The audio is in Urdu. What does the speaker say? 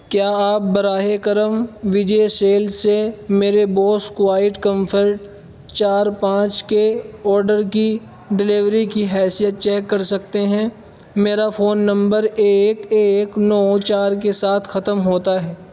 کیا آپ براہ کرم وجے سیلز سے میرے بوس کوائیٹ کمفرٹ چار پانچ کے آڈر کی ڈلیوری کی حیثیت چیک کر سکتے ہیں میرا فون نمبر ایک ایک نو چار کے ساتھ ختم ہوتا ہے